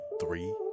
three